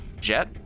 Jet